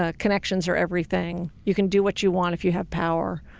ah connections are everything, you can do what you want if you have power.